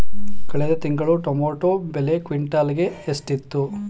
ಕಳೆದ ತಿಂಗಳು ಟೊಮ್ಯಾಟೋ ಬೆಲೆ ಕ್ವಿಂಟಾಲ್ ಗೆ ಎಷ್ಟಿತ್ತು?